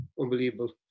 Unbelievable